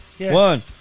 One